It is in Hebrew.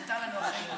מותר לנו, הרבה